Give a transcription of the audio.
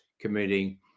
committing